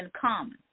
common